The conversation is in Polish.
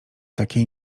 takiej